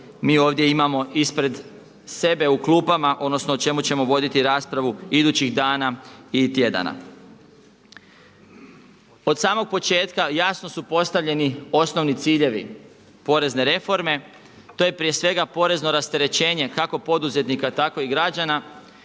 mi ovdje imamo ispred sebe u klupama, odnosno o čemu ćemo voditi raspravu idućih dana i tjedana. Od samog početka jasno su postavljeni osnovni ciljevi porezne reforme, to je prije svega porezno rasterećenje kako poduzetnika tako i građana.